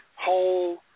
whole